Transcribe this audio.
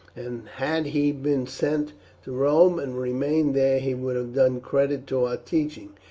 and had he been sent to rome and remained there he would have done credit to our teaching.